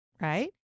Right